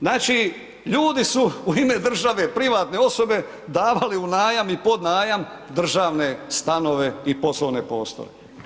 Znači, ljudi su u ime države, privatne osobe davale u najam i podnajam državne stanove i poslovne prostore.